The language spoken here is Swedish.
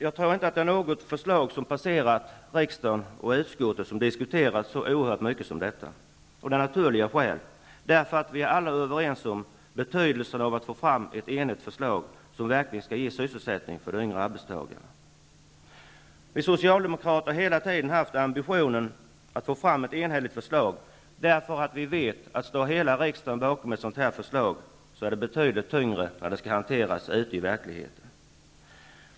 Jag tror inte att något förslag som har passerat riksdagen och utskottet har diskuterats så oerhört mycket som detta, av naturliga skäl. Vi är alla överens om betydelsen av att få fram ett enigt förslag, som verkligen skulle ge sysselsättning för de yngre arbetstagarna. Vi socialdemokrater har hela tiden haft ambitionen att få fram ett enhälligt förslag. Vi vet att det ger en betydligt större tyngd när det skall hanteras ute i verkligheten, om hela riksdagen står bakom ett förslag.